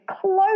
close